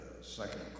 second